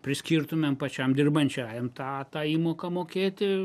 priskirtumėm pačiam dirbančiajam tą tą įmoką mokėti